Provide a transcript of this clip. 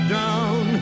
down